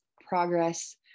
progress